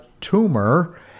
tumor